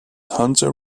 hunter